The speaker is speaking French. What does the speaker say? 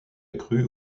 accrue